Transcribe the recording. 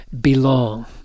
belong